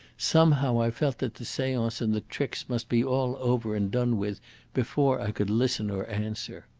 somehow i felt that the seance and the tricks must be all over and done with before i could listen or answer.